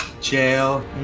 Jail